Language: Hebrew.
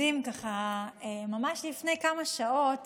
ממש לפני כמה שעות